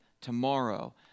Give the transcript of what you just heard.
tomorrow